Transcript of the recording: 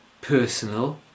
personal